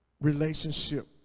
relationship